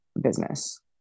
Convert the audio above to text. business